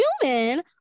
human